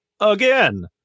again